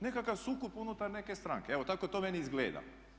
Nekakav sukob unutar neke stranke, evo tako to meni izgleda.